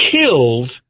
killed